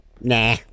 Nah